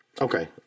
Okay